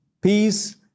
Peace